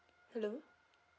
hello